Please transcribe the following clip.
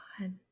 God